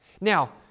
Now